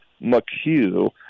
McHugh